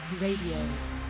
Radio